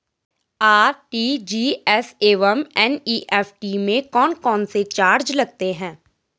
RTGS एवं NEFT में कौन कौनसे चार्ज लगते हैं?